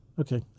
Okay